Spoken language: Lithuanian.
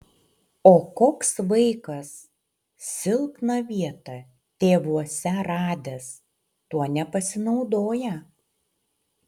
o koks vaikas silpną vietą tėvuose radęs tuo nepasinaudoja